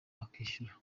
akishyura